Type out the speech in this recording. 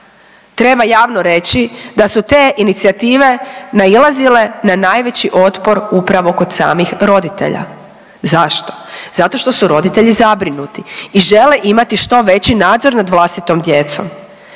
treba javno reći da su te inicijative nailazile na najveći otpor upravo kod samih roditelja. Zašto? Zato što su roditelji zabrinuti i žele imati što veći nadzor nad vlastitom djecom.